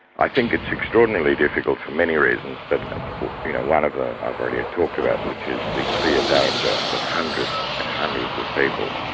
i think it's extraordinarily difficult for many reasons, but you know one of them i've already talked about, which is the clear danger that hundreds and hundreds of people